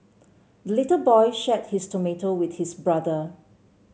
the little boy shared his tomato with his brother